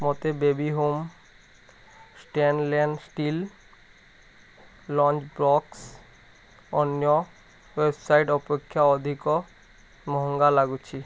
ମୋତେ baby home stainless steel lunch box ଅନ୍ୟ website ଅପେକ୍ଷା ଅଧିକ ମହଙ୍ଗା ଲାଗୁଛି